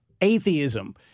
atheism